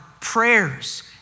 prayers